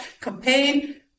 campaign